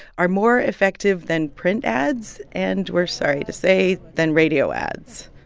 are more effective than print ads and we're sorry to say than radio ads.